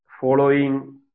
following